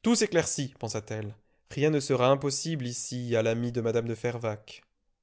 tout s'éclaircit pensa-t-elle rien ne sera impossible ici à l'amie de mme de fervaques